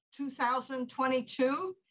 2022